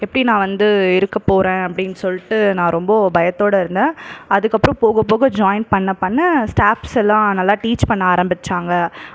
எப்படி நான் வந்து இருக்கப் போகிறேன் அப்படின்னு சொல்லிட்டு நான் ரொம்ப பயத்தோடு இருந்தேன் அதுக்கப்புறம் போகப் போக ஜாயின் பண்ணப் பண்ண ஸ்டாப்ஸ் எல்லாம் நல்ல டீச் பண்ண ஆரம்பித்தாங்க